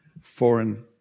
Foreign